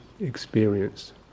experience